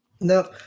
No